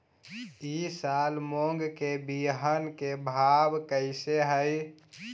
ई साल मूंग के बिहन के भाव कैसे हई?